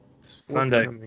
sunday